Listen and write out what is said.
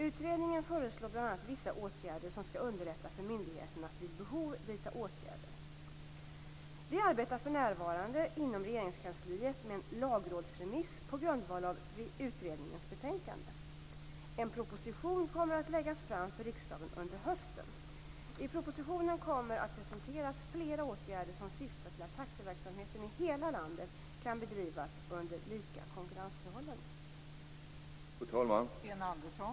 Utredningen föreslår bl.a. vissa åtgärder som skall underlätta för myndigheterna att vid behov vidta åtgärder. Vi arbetar för närvarande inom Regeringskansliet med en lagrådsremiss på grundval av utredningens betänkande. En proposition kommer att läggas fram för riksdagen under hösten. I propositionen kommer att presenteras flera åtgärder som syftar till att taxiverksamheten i hela landet kan bedrivas under lika konkurrensförhållanden.